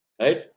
Right